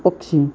पक्षी